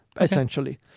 essentially